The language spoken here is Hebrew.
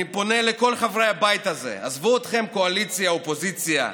אני פונה לכל חברי הבית הזה: עזבו אתכם קואליציה אופוזיציה.